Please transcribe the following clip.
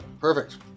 perfect